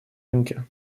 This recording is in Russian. рынке